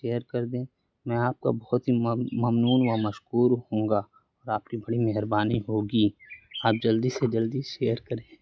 share کر دیں میں آپ کا بہت ہی ممنون و مشکور ہوں گا اور آپ کی بڑی مہربانی ہوگی آپ جلدی سے جلدی شیئر کریں